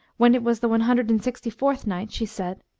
when it was the one hundred and sixty-fifth night, she said,